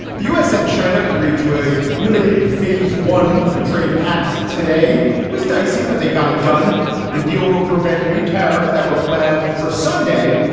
the u s. and china agreed to a limited phase, one of a trade pact. today was dicey, but they got it done the deal will prevent new tariffs that were planned for sunday.